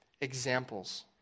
examples